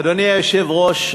אדוני היושב-ראש,